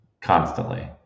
constantly